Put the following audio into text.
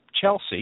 Chelsea